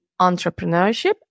entrepreneurship